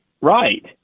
right